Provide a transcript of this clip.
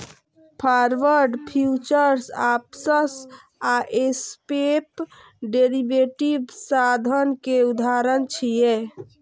forward, futures, options आ swap derivative साधन के उदाहरण छियै